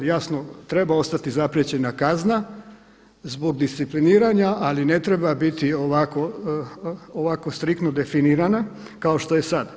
Jasno treba ostati zapriječena kazna zbog discipliniranja, ali ne treba biti ovako striktno definirana kao što je sada.